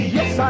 Yes